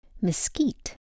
mesquite